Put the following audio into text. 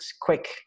quick